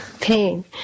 pain